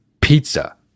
pizza